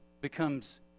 becomes